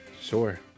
Sure